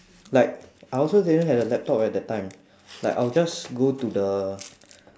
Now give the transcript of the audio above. like I also didn't had a laptop at that time like I'll just go to the